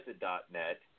the.net